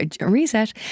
reset